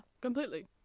Completely